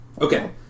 Okay